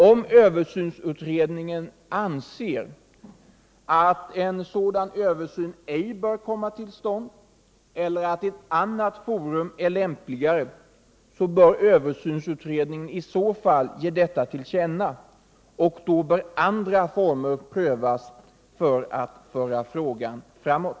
Om översynsutredningen anser att en sådan översyn ej bör komma till stånd eller att ett annat forum är lämpligare bör utredningen ge detta till känna, och då bör andra former prövas för att föra frågan framåt.